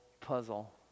puzzle